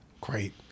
great